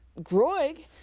Groig